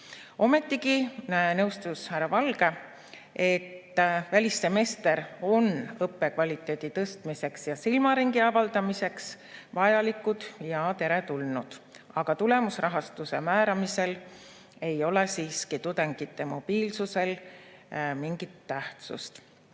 Ometigi nõustus härra Valge, et välissemester on õppekvaliteedi tõstmiseks ja silmaringi avardamiseks vajalik ja teretulnud, aga tulemusrahastuse määramisel ei ole tudengite mobiilsusel mingit tähtsust.